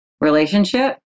relationship